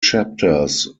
chapters